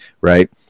right